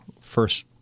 first